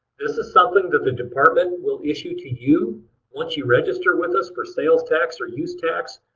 this is something that the department will issue to you once you register with us for sales tax or use tax.